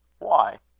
why?